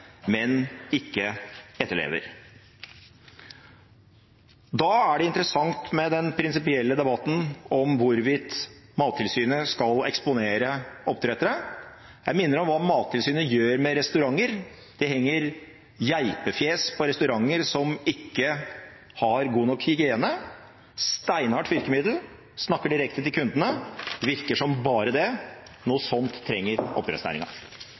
men ikke etterlever. Da er det interessant med den prinsipielle debatten om hvorvidt Mattilsynet skal eksponere oppdrettere. Jeg minner om hva Mattilsynet gjør med restauranter. De henger geipefjes på restauranter som ikke har god nok hygiene. Det er et steinhardt virkemiddel og snakker direkte til kundene. Det virker som bare det. Noe sånt trenger